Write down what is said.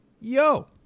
yo